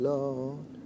Lord